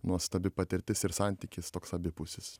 nuostabi patirtis ir santykis toks abipusis